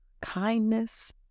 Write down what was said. kindness